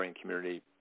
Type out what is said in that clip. community